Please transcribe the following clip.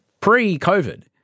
pre-COVID